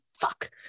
fuck